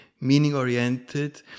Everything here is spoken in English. meaning-oriented